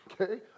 okay